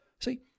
See